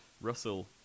Russell